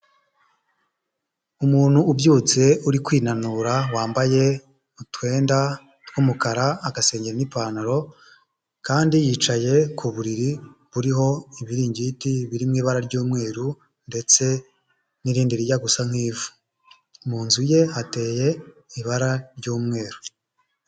Umuntu ubyutse uri kwinanura wambaye utwenda tw'umukara, agasengeri n'ipantaro kandi yicaye ku buriri buriho ibiringiti biri mu ibara ry'umweru ndetse n'irindi rijya gusa nk'ivu, mu nzu ye hateye ibara ry'umweru.